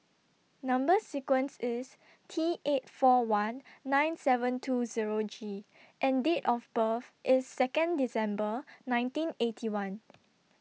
Number sequence IS T eight four one nine seven two Zero G and Date of birth IS Second December nineteen Eighty One